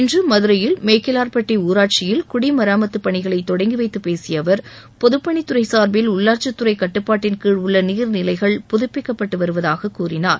இன்று மதுரையில் மேக்கிலார்பட்டி ஊராட்சியில் குடிமராமத்துப் பணிகளை தொடங்கி வைத்து பேசிய அவர் பொதுப் பணித்துறை சார்பில் உள்ளாட்சித் துறை கட்டுப்பாட்டின்கீழ் உள்ள நீர்நிலைகள் புதுபிக்கப்பட்டு வருவதாக கூறினார்